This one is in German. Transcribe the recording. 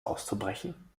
auszubrechen